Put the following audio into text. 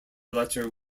letter